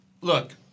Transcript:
Look